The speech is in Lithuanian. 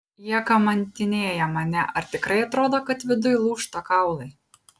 jie kamantinėja mane ar tikrai atrodo kad viduj lūžta kaulai